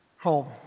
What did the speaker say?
Home